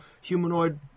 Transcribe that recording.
humanoid